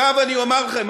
עכשיו אני אומר לכם,